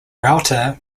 router